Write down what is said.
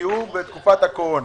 שנפגעו בתקופת הקורונה.